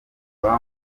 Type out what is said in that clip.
kuva